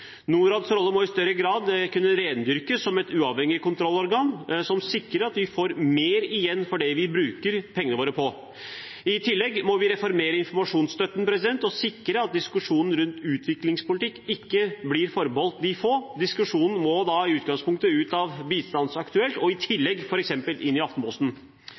rolle må i større grad kunne rendyrkes som et uavhengig kontrollorgan, som sikrer at vi får mer igjen for det vi bruker pengene våre på. I tillegg må vi reformere informasjonsstøtten og sikre at diskusjonen rundt utviklingspolitikk ikke blir forbeholdt de få. Diskusjonen må i utgangspunktet ut av Bistandsaktuelt og i tillegg f.eks. inn i Aftenposten.